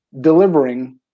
delivering